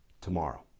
tomorrow